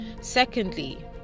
secondly